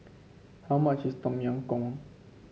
how much is Tom Yam Goong